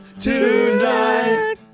tonight